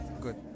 good